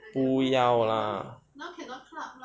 不要啦